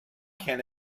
can